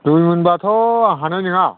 दुइमनब्लाथ' हानाय नङा